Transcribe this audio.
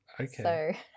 Okay